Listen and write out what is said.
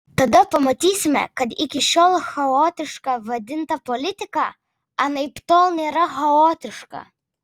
tada pamatysime kad iki šiol chaotiška vadinta politika anaiptol nėra chaotiška